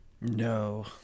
no